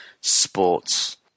sports